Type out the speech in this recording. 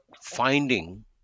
finding